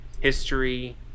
History